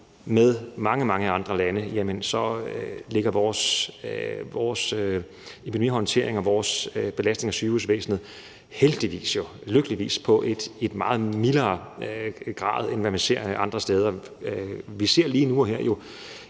mange andre lande, så har vores epidemihåndtering og vores belastning af sygehusvæsenet jo heldigvis og lykkeligvis en meget mildere grad, end hvad man ser andre steder.